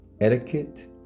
etiquette